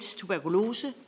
tuberkulose